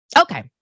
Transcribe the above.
Okay